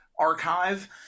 archive